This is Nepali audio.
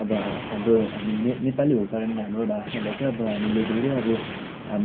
अब हाम्रो हामी नेपाली भएको कारणले हाम्रो भाषालाई चाहिँ अब हामीले धेरै अब हाम